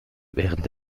während